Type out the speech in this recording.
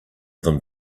them